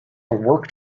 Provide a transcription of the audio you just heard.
worked